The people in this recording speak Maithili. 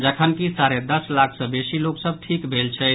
जखन कि साढ़े दस लाख सँ बेसी लोक सभ ठीक भेल छथि